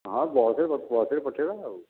ହଁ ବସରେ ବସରେ ପଠାଇବା ଆଉ